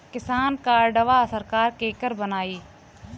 किसान कार्डवा सरकार केकर बनाई?